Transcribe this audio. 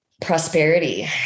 prosperity